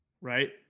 right